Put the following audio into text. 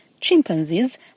chimpanzees